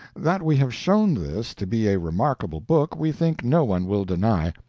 that we have shown this to be a remarkable book, we think no one will deny.